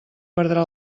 perdrà